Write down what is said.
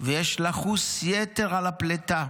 ויש לחוס על יתר הפלטה,